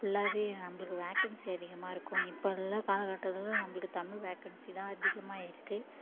ஃபுல்லாகவே நம்மளுக்கு வேகன்சி அதிகமாக இருக்கும் இப்போ உள்ள காலகட்டத்தில் நம்மளுக்கு தமிழ் வேகன்சி தான் அதிகமாக இருக்குது